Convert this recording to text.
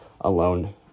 alone